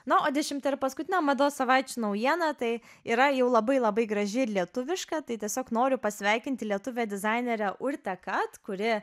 na o dešimta ir paskutinė mados savaičių naujiena tai yra jau labai labai graži ir lietuviška tai tiesiog noriu pasveikinti lietuvę dizainerę urtę kat kuri